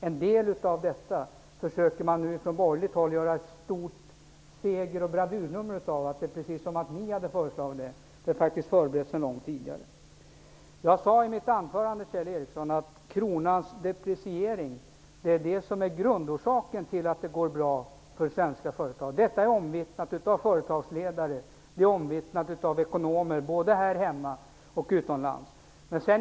En del av detta försöker man nu från borgerligt hålla göra ett stort seger och bravurnummer av. Det är precis som att ni hade föreslagit dessa satsningar som faktiskt förberetts sedan lång tid tidigare. I mitt anförande, Kjell Ericsson, sade jag att kronans depriciering är grundorsaken till att det går bra för svenska företag. Detta är omvittnat av företagsledare och ekonomer, både i Sverige och utomlands.